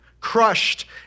crushed